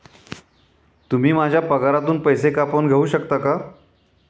तुम्ही माझ्या पगारातून पैसे कापून घेऊ शकता का?